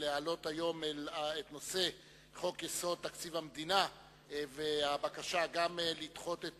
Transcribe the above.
להעלות היום את חוק-יסוד: תקציב המדינה ולדחות את